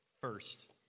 first